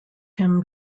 him